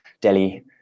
Delhi